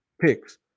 Picks